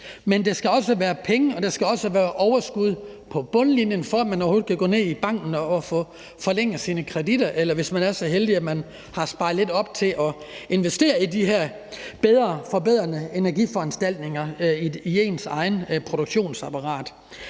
og der skal også være overskud på bundlinjen, for at man overhovedet kan gå ned i banken og få forlænget sine kreditter. Eller det kan også være, at man er så heldig, at man har sparet lidt op til at investere i de her forbedrende energiforanstaltninger i sit egen produktionsapparat.